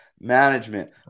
management